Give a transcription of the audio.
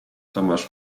tomasz